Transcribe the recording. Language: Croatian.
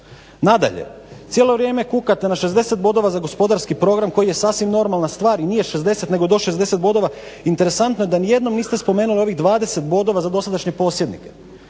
Nadalje cijelo vrijeme kukate na 60 bodova za gospodarski program koji je sasvim normalna stvar i nije 60 nego do 60 bodova. Interesantno je da ni jednom niste spomenuli ovih 20 bodova za dosadašnje posjednike.